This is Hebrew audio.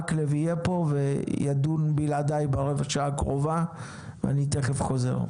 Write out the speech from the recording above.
מקלב יהיה פה וידון בלעדיי ברבע השעה הקרובה ואני תיכף חוזר.